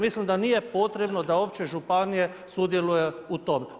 Mislim da nije potrebno da uopće županije sudjeluje u tom.